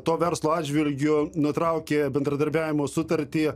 to verslo atžvilgiu nutraukė bendradarbiavimo sutartį